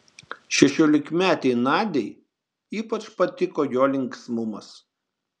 šešiolikmetei nadiai ypač patiko jo linksmumas